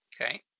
Okay